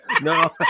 no